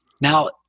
now